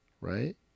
right